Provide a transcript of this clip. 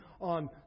on